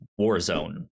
Warzone